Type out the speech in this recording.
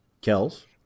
Kells